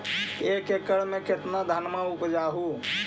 एक एकड़ मे कितना धनमा उपजा हू?